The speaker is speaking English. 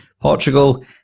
Portugal